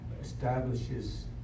establishes